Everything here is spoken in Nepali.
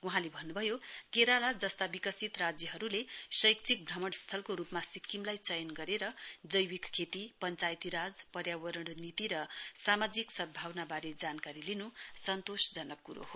वहाँले भन्नु भयो केराला जस्ता विकसित राज्यहरूले शैक्षिक भ्रमण स्थलको रूपमा सिक्किमलाई चयन गरेर जैविक खेती पञ्चायती राज पर्यावरण नीति र सामाजिक सदभावनाबारे जानकारी लिनु सन्तोषजनक कुरो हो